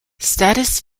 status